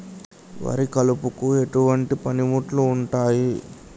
వరి కలుపుకు ఎటువంటి పనిముట్లు ఉంటాయి?